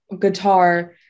guitar